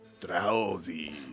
drowsy